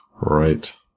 Right